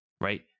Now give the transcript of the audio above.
right